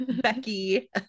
Becky